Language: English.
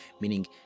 meaning